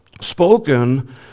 spoken